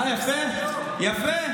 אה, יפה.